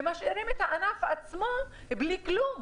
ומשאירים את הענף עצמו בלי כלום.